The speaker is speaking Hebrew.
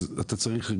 אתה צריך,